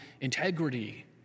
integrity